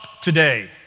today